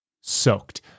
soaked